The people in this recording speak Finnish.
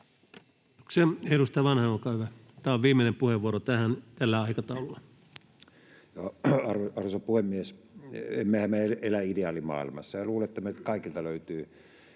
Edustaja Vanhanen, olkaa hyvä. — Tämä on viimeinen puheenvuoro tähän tällä aikataululla. Arvoisa puhemies! Emmehän me elä ideaalimaailmassa, ja luulen, että meiltä kaikilta löytyy